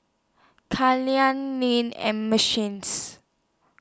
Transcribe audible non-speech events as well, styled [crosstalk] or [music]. [unintelligible] and machines